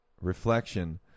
reflection